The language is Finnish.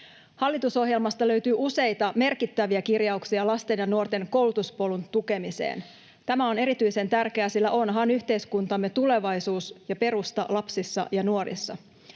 Hallitusohjelmasta löytyy useita merkittäviä kirjauksia lasten ja nuorten koulutuspolun tukemiseen. Tämä on erityisen tärkeää, sillä onhan yhteiskuntamme tulevaisuus ja perusta lapsissa ja nuorissa.